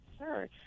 Sure